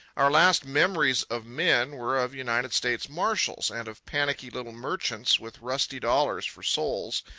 our last memories of men were of united states marshals and of panicky little merchants with rusty dollars for souls,